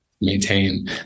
maintain